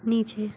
नीचे